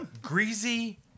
greasy